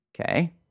Okay